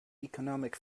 economic